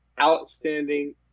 outstanding